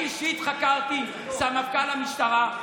אני אישית חקרתי סמפכ"ל משטרה.